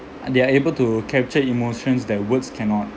they are able to capture emotions that words cannot